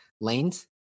lanes